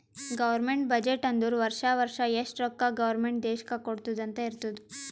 government budget ಅಂದುರ್ ವರ್ಷಾ ವರ್ಷಾ ಎಷ್ಟ ರೊಕ್ಕಾ ಗೌರ್ಮೆಂಟ್ ದೇಶ್ಕ್ ಕೊಡ್ತುದ್ ಅಂತ್ ಇರ್ತುದ್